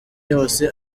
yose